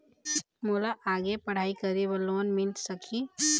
मोला आगे पढ़ई करे बर लोन मिल सकही?